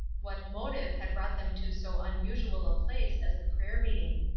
what motive had brought them to so unusual a place as the prayer-meeting.